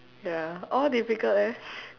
ya all difficult leh